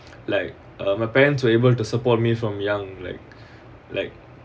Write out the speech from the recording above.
like my parents were able to support me from young like like